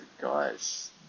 guys